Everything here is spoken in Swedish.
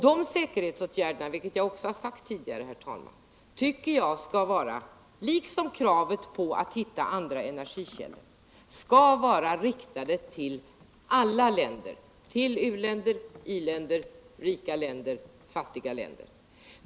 De säkerhetsåtgärderna tycker jag, såsom jag också tidigare har sagt, skall vara — liksom kravet på att hitta andra energikällor — riktade till alla länder, till u-länder och i-länder, till rika länder och fattiga länder.